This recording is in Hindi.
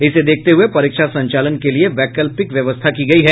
इसे देखते हुए परीक्षा संचालन के लिये वैकल्पिक व्यवस्था की गयी है